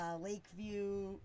Lakeview